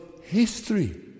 history